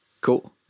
Cool